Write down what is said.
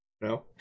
No